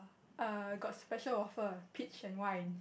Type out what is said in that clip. err got special offer peach and wine